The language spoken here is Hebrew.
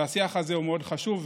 והשיח הזה הוא מאוד חשוב,